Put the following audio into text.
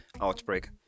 outbreak